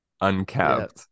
uncapped